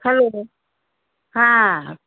hello হ্যাঁ হ্যাঁ